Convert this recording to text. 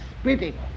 spitting